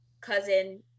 cousin